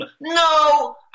No